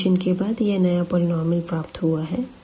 addition के बाद यह नया पोलीनोमिअल प्राप्त हुआ है